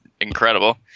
incredible